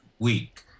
week